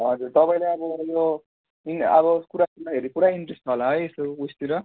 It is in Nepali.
हजुर तपाईँलाई अब यो इन अब कुरा सुन्दाखेरि पुरा इन्ट्रेस्ट छ होला है यस्तो उइसतिर